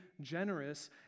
generous